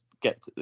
get